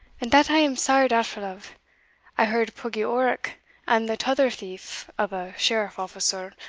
and that i am sair doubtful of i heard puggie orrock and the tother thief of a sheriff-officer,